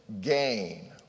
gain